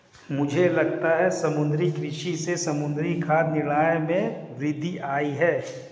मुझे लगता है समुद्री कृषि से समुद्री खाद्य निर्यात में वृद्धि आयी है